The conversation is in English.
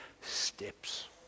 steps